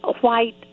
white